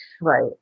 Right